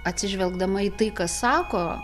atsižvelgdama į tai ką sako